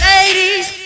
Ladies